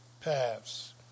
paths